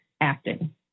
acting